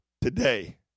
today